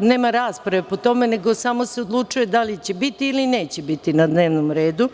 Nema rasprave po tome, nego se samo odlučuje da li će biti ili neće biti na dnevnom redu,